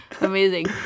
amazing